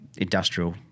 industrial